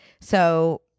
So-